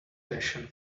passion